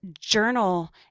journal